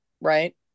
right